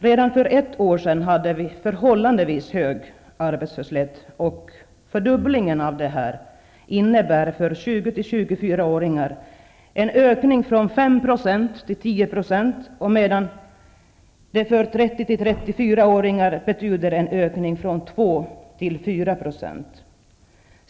Redan för ett år sedan var det en förhållandevis hög arbetslöshet. För 20--24-åringar innebär en fördubbling av arbetslösheten en ökning från 5 % till 10 %, medan det för 30--34-åringar betyder en ökning från 2 % till 4 %.